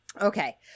Okay